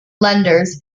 lenders